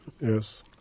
Yes